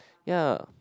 ya